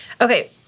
Okay